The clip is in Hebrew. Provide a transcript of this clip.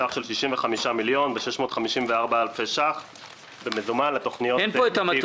בסך של 65,654 אלפי ש"ח במזומן לתוכניות בסעיף 04. אין פה את המטוס.